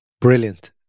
Brilliant